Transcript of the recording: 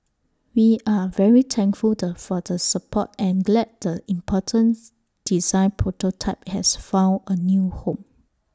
we are very thankful the for the support and glad the importance design prototype has found A new home